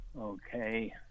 Okay